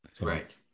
Right